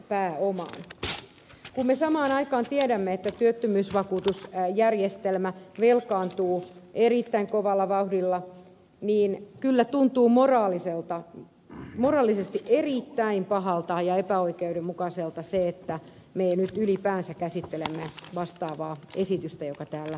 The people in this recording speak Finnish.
kun me samaan aikaan tiedämme että työttömyysvakuutusjärjestelmä velkaantuu erittäin kovalla vauhdilla niin kyllä tuntuu moraalisesti erittäin pahalta ja epäoikeudenmukaiselta se että me nyt ylipäänsä käsittelemme vastaavaa esitystä joka täällä tänä iltana on